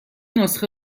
نسخه